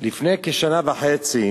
לפני כשנה וחצי